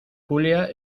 julia